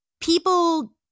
people